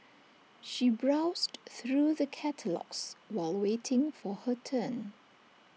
she browsed through the catalogues while waiting for her turn